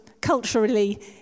culturally